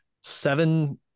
seven